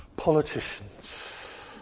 Politicians